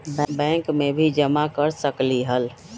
Bank में भी जमा कर सकलीहल?